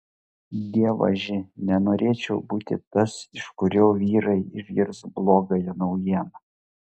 dievaži nenorėčiau būti tas iš kurio vyrai išgirs blogąją naujieną